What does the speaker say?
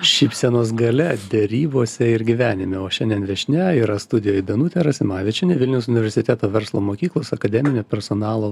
šypsenos galia derybose ir gyvenime o šiandien viešnia yra studijoj danutė rasimavičienė vilniaus universiteto verslo mokyklos akademinio personalo